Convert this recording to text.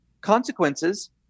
consequences